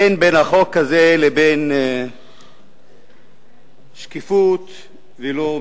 אין בין החוק הזה לבין שקיפות מאומה.